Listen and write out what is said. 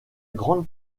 grande